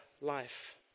life